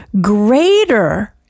greater